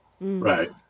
right